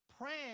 praying